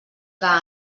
que